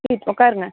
please உட்காருங்க